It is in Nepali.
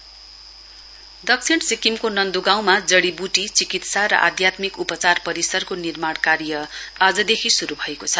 हेलिङ कमप्लेक्स दक्षिण सिक्किमको नन्द्गाउँमा जड़ीवुटी चिकित्सा र आध्यात्मिक उपचार परिसरको निर्माण कार्य आजदेखि शुरु भएको छ